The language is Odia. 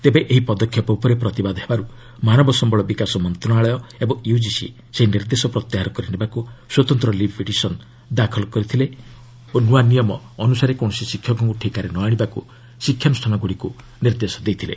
ତେବେ ଏହି ପଦକ୍ଷେପ ଉପରେ ପ୍ରତିବାଦ ହେବାରୁ ମାନବ ସମ୍ଭଳ ବିକାଶ ମନ୍ତ୍ରଣାଳୟ ଏବଂ ୟୁଜିସି ସେହି ନିର୍ଦ୍ଦେଶ ପ୍ରତ୍ୟାହାର କରି ନେବାକୁ ସ୍ୱତନ୍ତ ଲିଭ୍ ପିଟିସନ୍ ଦାଖଲ କରି ନ୍ତଆ ନିୟମ ଅନୁସାରେ କୌଣସି ଶିକ୍ଷକଙ୍କୁ ଠିକାରେ ନ ଆଶିବାକୁ ଶିକ୍ଷାନୁଷ୍ଠାନଗୁଡ଼ିକୁ ନିର୍ଦ୍ଦେଶ ଦେଇଥିଲେ